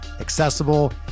accessible